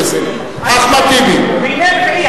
בימי רביעי,